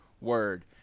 word